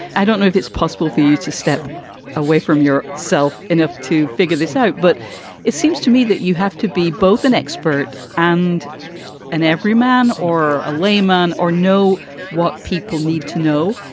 i don't know if it's possible for you to step away from your self enough to figure this out, but it seems to me that you have to be both an expert and an everyman or a layman or know what people need to know.